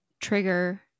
trigger